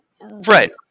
Right